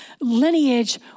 lineage